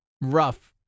rough